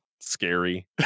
scary